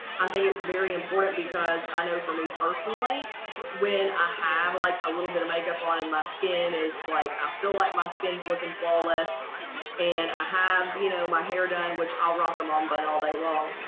i think it's very important because i know for me personally when i ah have like a little bit of makeup on and my skin is like i feel like my skin's looking flawless and i have you know my hair done which i'll rock them on but all day long.